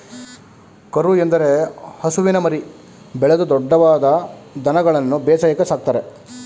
ಕರು ಎಂದರೆ ಹಸುವಿನ ಮರಿ, ಬೆಳೆದು ದೊಡ್ದವಾದ ದನಗಳನ್ಗನು ಬೇಸಾಯಕ್ಕೆ ಸಾಕ್ತರೆ